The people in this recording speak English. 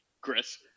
Chris